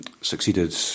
succeeded